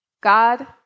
God